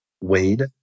Wade